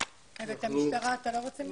את המשטרה אתה לא רוצה לשמוע?